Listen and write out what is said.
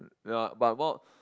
no ya but more